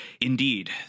Indeed